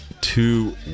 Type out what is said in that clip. Two